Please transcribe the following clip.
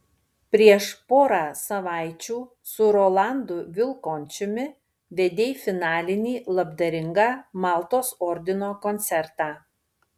prieš porą savaičių su rolandu vilkončiumi vedei finalinį labdaringą maltos ordino koncertą